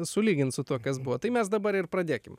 sulygint su tuo kas buvo tai mes dabar ir pradėkim